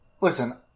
Listen